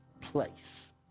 place